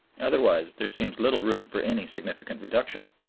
otherwise there seems little room for any significant reduction.